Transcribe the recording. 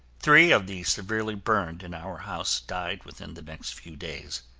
three of the severely burned in our house died within the next few days.